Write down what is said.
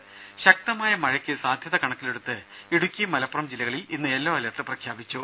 ദേര ശക്തമായ മഴയ്ക്ക് സാധ്യത കണക്കിലെടുത്ത് ഇടുക്കി മലപ്പുറം ജില്ലകളിൽ ഇന്ന് യെല്ലോ അലർട്ട് പ്രഖ്യാപിച്ചു